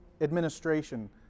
administration